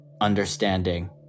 understanding